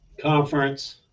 conference